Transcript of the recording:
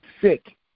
sick